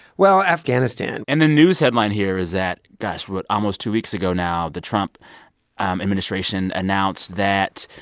well, afghanistan and the news headline here is that, gosh what? almost two weeks ago now, the trump um administration announced that,